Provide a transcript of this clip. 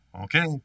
Okay